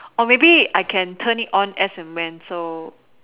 or maybe I can turn it on as and when